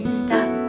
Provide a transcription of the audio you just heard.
stop